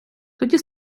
тоді